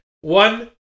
One